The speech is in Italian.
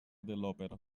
dell’opera